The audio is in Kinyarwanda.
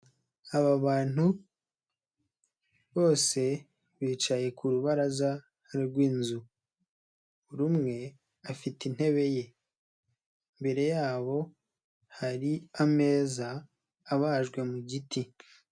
Aba bantu bose bicaye ku rubaraza rw'inzu, buri umwe afite intebe ye imbere yabo hari ameza abajwe mu giti.